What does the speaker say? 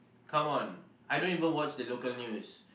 come on I don't even watch the local news